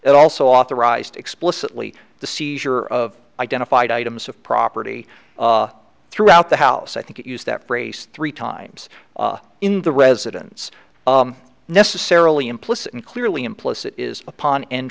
and also authorized explicitly the seizure of identified items of property throughout the house i think it used that phrase three times in the residence necessarily implicit and clearly implicit is upon